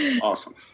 Awesome